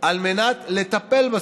על מנת לטפל בסוגיה.